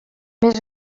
més